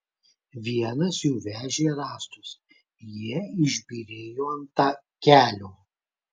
vienas jų vežė rąstus jie išbyrėjo ant kelio